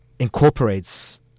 Incorporates